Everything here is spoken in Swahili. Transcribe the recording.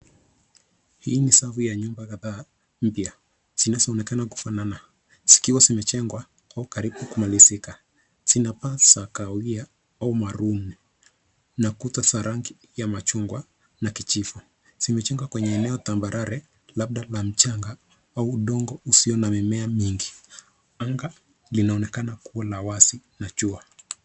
Hii ni safu ya nyumba kadhaa mpya zinazoonekana kufanana zikiwa zimejengwa karibu kumalizika. Zina paa za kahawia au maruni na kuta za rangi ya machungwa na kijivu. Zimejengwa kwenye eneo tambarare labda na mchanga au udongo usio na mimea mingi. Anga linaonekana kuwa la wazi na jua.